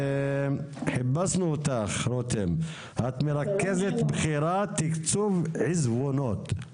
את מרכזת בכירה, תקצוב עיזבונות.